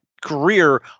career